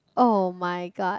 oh-my-god